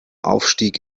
aufstieg